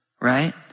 right